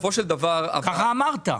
כך אמרת.